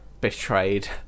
betrayed